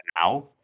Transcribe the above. now